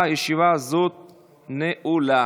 נתקבל.